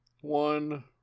one